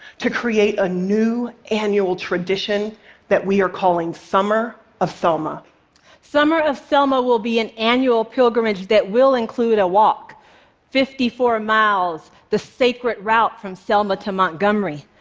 to create a new annual tradition that we are calling summer of selma. vg summer of selma will be an annual pilgrimage that will include a walk fifty four miles, the sacred route from selma to montgomery.